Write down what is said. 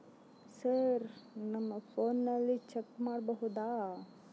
Sir ನಮ್ಮ ಫೋನಿನಲ್ಲಿ check ಮಾಡಬಹುದಾ?